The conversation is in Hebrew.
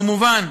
כמובן,